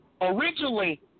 originally